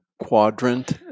quadrant